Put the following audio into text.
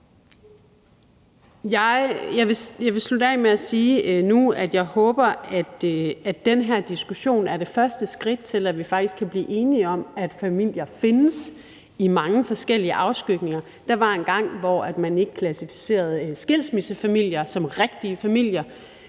Jeg vil slutte af med at sige nu, at jeg håber, at den her diskussion er det første skridt til, at vi faktisk kan blive enige om, at familier findes i mange forskellige afskygninger. Der var engang, hvor man ikke klassificerede skilsmissefamilier som rigtige familier.